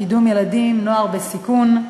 לקידום ילדים ונוער בסיכון.